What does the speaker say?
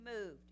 moved